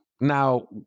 Now